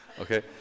okay